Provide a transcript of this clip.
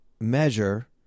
measure